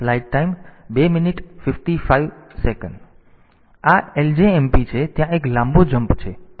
તેથી આ ljmp છે ત્યાં એક લાંબો જમ્પ છે